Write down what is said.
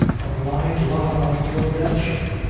a blind lot on board that ship.